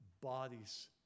bodies